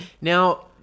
Now